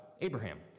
Abraham